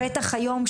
בטח היום,